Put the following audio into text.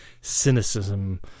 cynicism